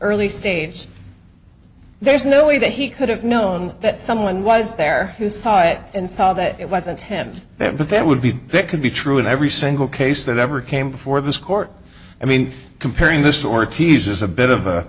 early stage there's no way that he could have known that someone was there who saw it and saw that it wasn't him there but there would be that could be true in every single case that ever came before this court i mean comparing this to work eases a bit of